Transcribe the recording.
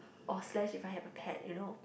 or slash if I have a pet you know